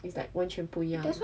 it's like 完全不一样